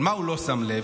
אבל מה הוא לא שם לב?